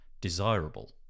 desirable